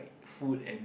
food and